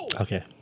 okay